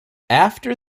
after